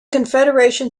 confederation